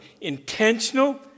intentional